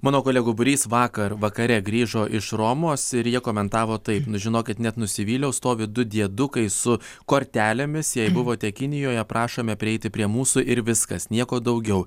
mano kolegų būrys vakar vakare grįžo iš romos ir jie komentavo taip nu žinokit net nusivyliau stovi du diedukai su kortelėmis jei buvote kinijoje prašome prieiti prie mūsų ir viskas nieko daugiau